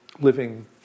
living